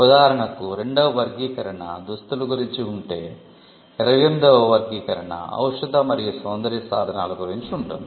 ఉదాహరణకు 2 వ వర్గీకరణ దుస్తులు గురించి వుంటే 28 వ వర్గీకరణ ఔషధ మరియు సౌందర్య సాధనాల గురించి ఉంటుంది